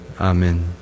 Amen